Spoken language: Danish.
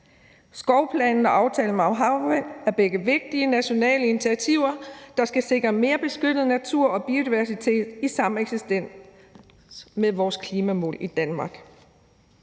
Skovplanen og aftalen om havvind er begge vigtige nationale initiativer, der skal sikre mere beskyttet natur og biodiversitet i sameksistens med vores klimamål i Danmark.